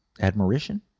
admiration